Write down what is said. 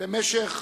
במשך